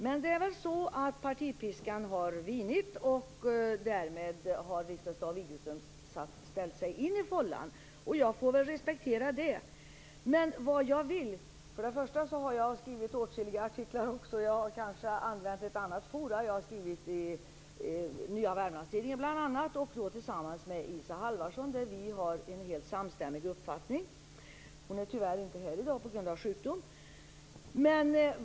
Men det är väl partipiskan som har vinit, och därmed har Lisbeth Staaf-Igelström ställt in sig i fållan. Jag får väl respektera det. Även jag har skrivit åtskilliga artiklar. Jag har kanske använt ett annat forum; jag har bl.a. skrivit i Nya Wermlands-Tidningen tillsammans med Isa Halvarsson. Hon och jag har här en helt samstämmig uppfattning. Tyvärr är hon inte här i dag på grund av sjukdom.